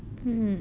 mmhmm